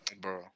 bro